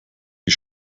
die